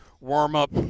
warm-up